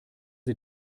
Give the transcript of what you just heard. sie